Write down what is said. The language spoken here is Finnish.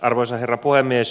arvoisa herra puhemies